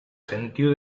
sentiu